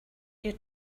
you